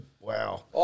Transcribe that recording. wow